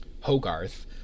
Hogarth